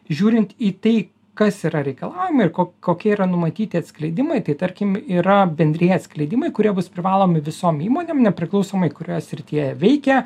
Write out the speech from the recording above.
žiūrint į tai kas yra reikalaujama ir ko kokie yra numatyti atskleidimai tai tarkim yra bendrieji atskleidimai kurie bus privalomi visom įmonėm nepriklausomai kurioje srityje jie veikia